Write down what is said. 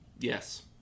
Yes